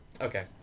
Okay